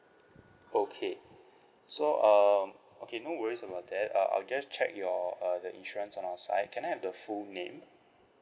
okay so um okay no worries about that uh I'll just check your uh the insurance on our side can I have the full name